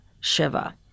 Shiva